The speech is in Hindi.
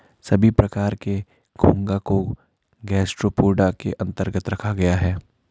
सभी प्रकार के घोंघा को गैस्ट्रोपोडा के अन्तर्गत रखा गया है